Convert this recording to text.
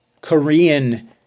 Korean